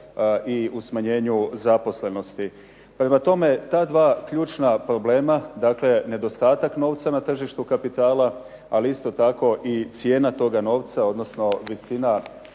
i u smanjenju zaposlenosti. Prema tome, ta dva ključna problema nedostatak novca na tržištu kapitala ali isto tako i cijena toga novca odnosno visina